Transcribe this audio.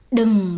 đừng